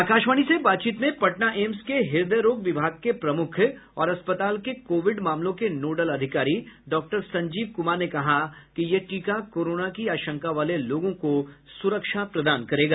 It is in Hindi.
आकाशवाणी से बातचीत में पटना एम्स के हृदय रोग विभाग के प्रमुख और अस्पताल के कोविड मामलों के नोडल अधिकारी डॉक्टर संजीव कुमार ने कहा कि यह टीका कोरोना की आशंका वाले लोगों को सुरक्षा प्रदान करेगा